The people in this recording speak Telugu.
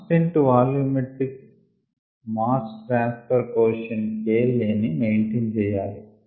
constant volumetric mass transfer quotient K L a ని మెయింటైన్ చేయాలి